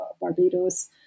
Barbados